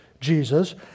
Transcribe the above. Jesus